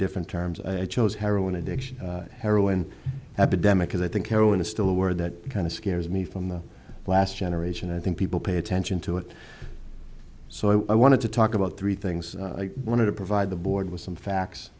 different terms i chose heroin addiction heroin epidemic i think heroin is still a word that kind of scares me from the last generation i think people pay attention to it so i wanted to talk about three things i wanted to provide the board with some facts